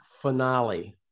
finale